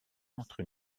entre